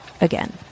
again